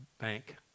bank